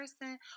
person